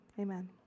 amen